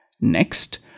Next